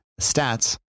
stats